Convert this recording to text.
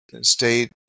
state